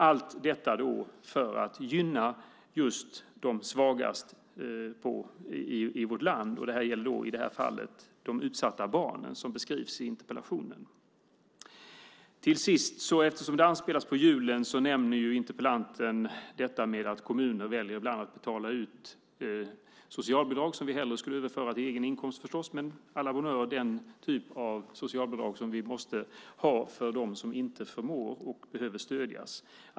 Allt detta är för att gynna just de svagaste i vårt land, i detta fall de utsatta barnen som beskrivs i interpellationen. Eftersom det anspelas på julen nämner interpellanten att kommuner ibland väljer att efter julen betala ut socialbidrag, som vi hellre skulle överföra till egen inkomst förstås, den typ av socialbidrag som vi måste ha för dem som inte förmår och som behöver stödjas.